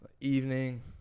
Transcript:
evening